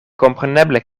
kompreneble